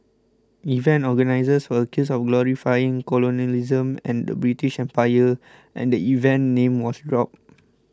event organisers were accused of glorifying colonialism and the British Empire and the event's name was dropped